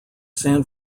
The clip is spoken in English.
san